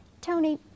Tony